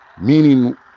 Meaning